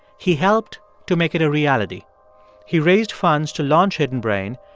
he helped to make it a reality he raised funds to launch hidden brain,